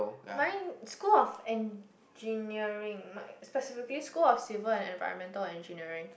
mine school of engineering might specifically school of civil and environmental engineering